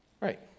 Right